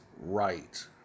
right